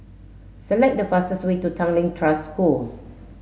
select the fastest way to Tangling Trust School